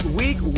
week